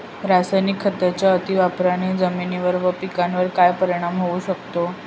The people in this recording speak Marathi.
रासायनिक खतांच्या अतिवापराने जमिनीवर व पिकावर काय परिणाम होऊ शकतो?